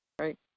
Right